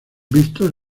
vistos